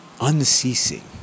Unceasing